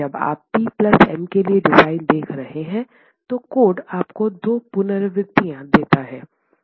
जब आप P plus M के लिए डिज़ाइन देख रहे हैं तो कोड आपको दो पुनरावृत्तियाँ देता है